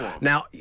Now